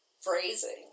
phrasing